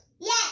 Yes